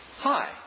Hi